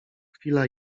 chwila